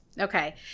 Okay